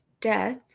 death